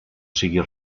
siga